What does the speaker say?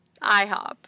IHOP